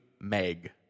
Meg